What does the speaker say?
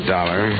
Dollar